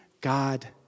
God